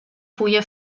fulla